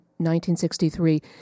1963